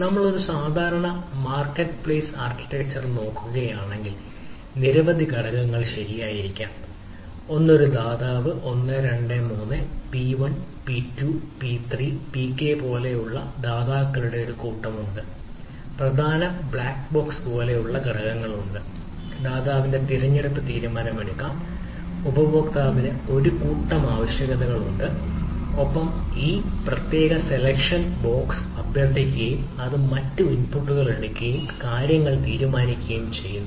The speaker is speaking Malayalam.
നമ്മൾ ഒരു സാധാരണ മാർക്കറ്റ്പ്ലെയ്സ് ആർക്കിടെക്ചർ അഭ്യർത്ഥിക്കുകയും അത് മറ്റ് ഇൻപുട്ടുകൾ എടുക്കുകയും കാര്യങ്ങൾ തീരുമാനിക്കുകയും ചെയ്യുന്നു